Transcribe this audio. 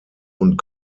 und